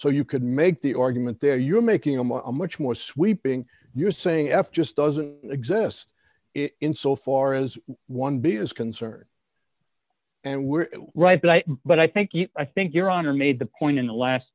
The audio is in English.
so you could make the argument there you are making a more a much more sweeping you're saying f just doesn't exist in so far as one b is concerned and we're right but i think you i think your honor made the point in the last